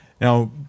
Now